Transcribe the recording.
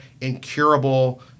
incurable